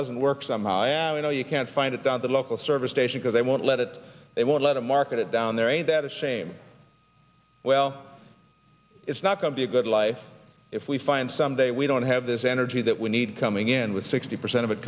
doesn't work somehow i have you know you can't find it on the local service station because they won't let it they won't let the market down there ain't that a shame well it's not going to be a good life if we find someday we don't have this energy that we need coming in with sixty percent of it